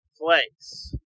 place